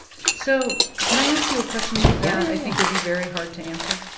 so can i ask you a question that i think would be very hard to answer?